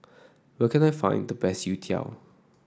where can I find the best Youtiao